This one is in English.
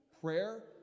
Prayer